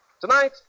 Tonight